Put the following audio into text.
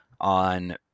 on